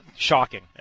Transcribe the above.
Shocking